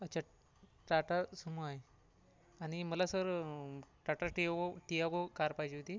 अच्छात् Tata Sumo आहे आणि मला sir Tata Tiago Tiago car पाहिजे होती